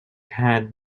had